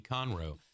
Conroe